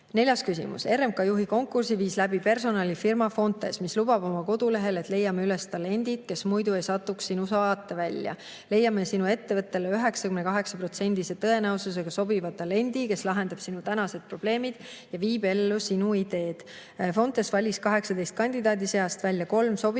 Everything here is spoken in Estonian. Neljas küsimus: "RMK juhi konkursi viis läbi personalifirma Fontes, mis lubab oma kodulehel, et "Leiame üles talendid, kes muidu ei satuks sinu vaatevälja. Leiame sinu ettevõttele 98% tõenäosusega sobiva talendi, kes lahendab sinu tänased probleemid ja viib ellu sinu uued ideed." Fontes valis 18 kandidaadi seast välja kolm sobivaimat